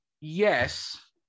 Yes